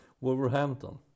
Wolverhampton